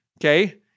Okay